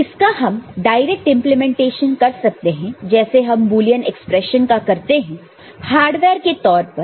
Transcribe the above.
तो इसका हम डायरेक्ट इंप्लीमेंटेशन कर सकते हैं जैसे हम बुलियन एक्सप्रेशन का करते हैं हार्डवेयर के तौर पर